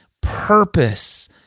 purpose